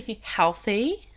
Healthy